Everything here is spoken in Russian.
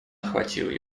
охватил